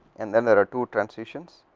and then there are two transitions